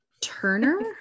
Turner